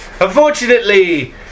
unfortunately